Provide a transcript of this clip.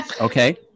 Okay